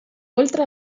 oltre